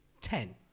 ten